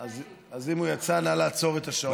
אז אם הוא יצא, נא לעצור את השעון.